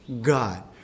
God